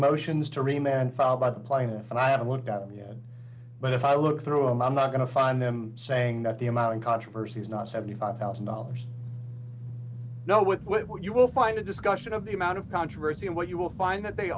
motions to remain and found by the plaintiff and i haven't looked at it yet but if i look through and i'm not going to find them saying that the amount in controversy is not seventy five thousand dollars now with what you will find a discussion of the amount of controversy and what you will find that they